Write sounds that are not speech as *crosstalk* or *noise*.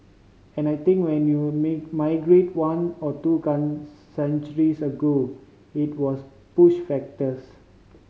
and I think when you *unintelligible* migrated one or two *unintelligible* centuries ago it was push factors